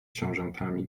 książętami